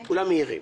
כולם מעירים.